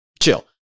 chill